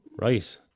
right